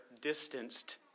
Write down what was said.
distanced